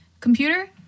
Computer